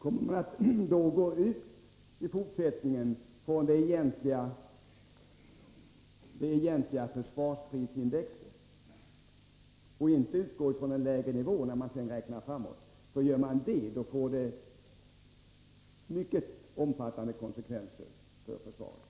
Kommer man i fortsättningen att gå ut från det egentliga försvarsprisindexet och inte utgå från en lägre nivå när man sedan räknar framåt? För gör man det, får det mycket omfattande konsekvenser för försvaret.